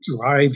drive